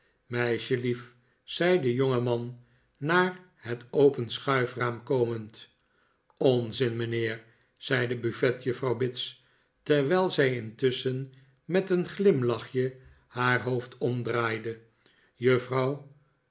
meisjelief zei de jongeman naar het open schuifraam komend onzin mijnheer zei de buffetjuffrouw bits terwijl zij intusschen met een glimlachje haar hoofd omdraaide juffrouw